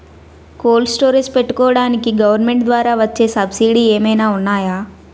Cold storage పెట్టుకోడానికి government ద్వారా వచ్చే సబ్సిడీ ఏమైనా ఉన్నాయా?